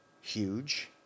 huge